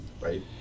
Right